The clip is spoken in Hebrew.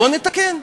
בואו נתקן.